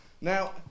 Now